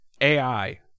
AI